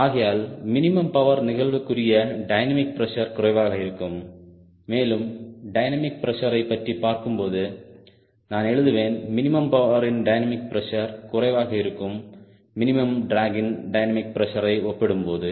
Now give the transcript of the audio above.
ஆகையால் minimum power நிகழ்வுக்குரிய dynamic pressure குறைவாக இருக்கும் மேலும் டைனமிக் பிரஷரை பற்றி பார்க்கும்போது நான் எழுதுவேன் மினிமம் பவரின் டைனமிக் பிரஷர் குறைவாக இருக்கும் மினிமம் டிராகின் டைனமிக் பிரஷரை ஒப்பிடும்போது